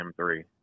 M3